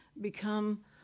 become